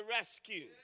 rescue